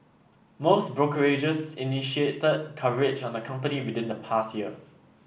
most brokerages initiated coverage on the company within the past year